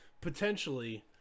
potentially